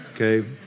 okay